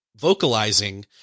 vocalizing